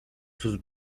sus